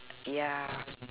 yeah